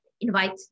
invite